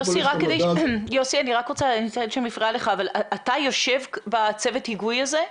סליחה שאני מפריעה לך, אתה יושב בצוות היגוי הזה?